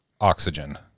oxygen